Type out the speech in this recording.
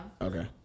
Okay